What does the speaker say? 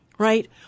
Right